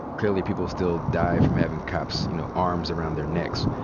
clearly, people still die from having cops', you know, arms around their necks.